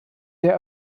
der